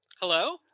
Hello